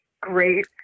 great